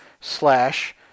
slash